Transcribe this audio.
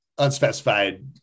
unspecified